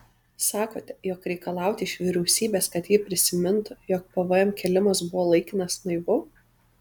sakote jog reikalauti iš vyriausybės kad ji prisimintų jog pvm kėlimas buvo laikinas naivu